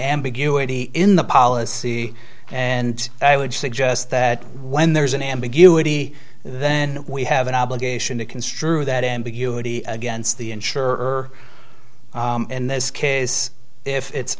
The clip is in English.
ambiguity in the policy and i would suggest that when there's an ambiguity then we have an obligation to construe that ambiguity against the insurer in this case if it's